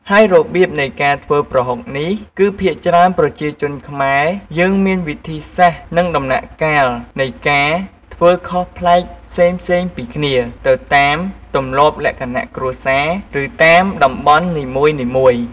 ហើយរបៀបនៃការធ្វើប្រហុកនេះ គឺភាគច្រើនប្រជាជនខ្មែរយើងមានវិធីសាស្ត្រ និងដំណាក់កាលនៃការធ្វើខុសប្លែកផ្សេងៗពីគ្នាទៅតាមទម្លាប់លក្ខណៈគ្រួសារ ឬតាមតំបន់នីមួយៗ។